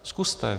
Zkuste...